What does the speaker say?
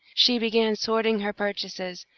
she began sorting her purchases,